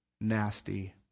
nasty